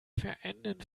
verenden